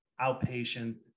outpatient